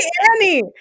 Annie